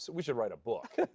we should write a book.